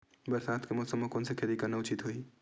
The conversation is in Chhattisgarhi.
बरसात के मौसम म कोन से खेती करना उचित होही?